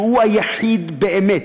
שהוא היחיד, באמת,